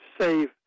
save